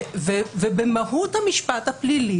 במהות המשפט הפלילי,